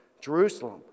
Jerusalem